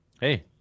hey